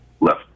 left